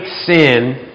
sin